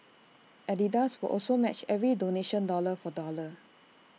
Adidas will also match every donation dollar for dollar